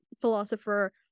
philosopher